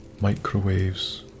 microwaves